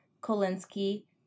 Kolinsky